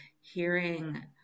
hearing